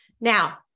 Now